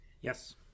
Yes